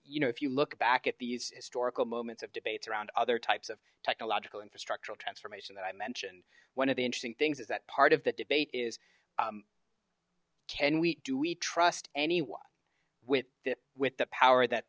you know if you look back at these historical moments of debates around other types of technological infrastructure that i mentioned one of the interesting things is that part of the debate is can we do we trust anyone with the with the power that